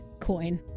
coin